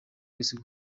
wese